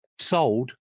Sold